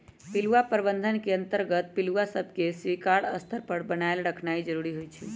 पिलुआ प्रबंधन के अंतर्गत पिलुआ सभके स्वीकार्य स्तर पर बनाएल रखनाइ जरूरी होइ छइ